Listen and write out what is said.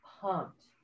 Pumped